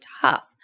tough